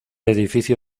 edificio